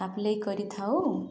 apply କରିଥାଉ